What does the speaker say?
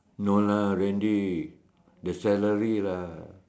no lah randy the salary lah